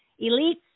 elites